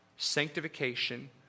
sanctification